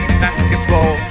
basketball